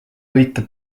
võita